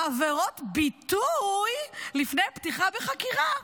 "עבירות ביטוי" לפני פתיחה בחקירה,